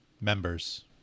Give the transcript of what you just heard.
members